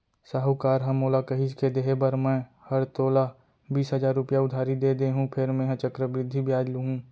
साहूकार ह मोला कहिस के देहे बर मैं हर तोला बीस हजार रूपया उधारी दे देहॅूं फेर मेंहा चक्रबृद्धि बियाल लुहूं